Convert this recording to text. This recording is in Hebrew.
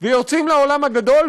יוצאים לעולם הגדול,